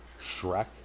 Shrek